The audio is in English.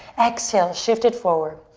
exhale, shift it forward,